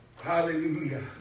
Hallelujah